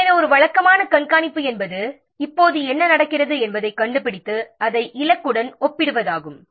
எனவே ஒரு வழக்கமான கண்காணிப்பு என்பது இப்போது என்ன நடக்கிறது என்பதைக் கண்டுபிடித்து அதை இலக்குடன் ஒப்பிடுவதாகும்